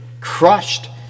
crushed